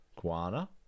Guana